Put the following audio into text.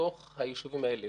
בתוך היישובים האלה.